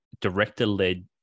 director-led